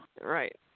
right